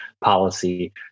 policy